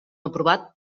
aprovat